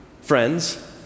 friends